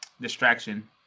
distraction